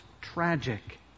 tragic